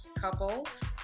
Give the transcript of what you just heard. Couples